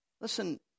Listen